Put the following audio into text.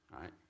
Right